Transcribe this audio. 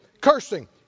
cursing